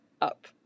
up